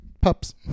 pups